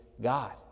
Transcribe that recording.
God